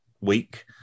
week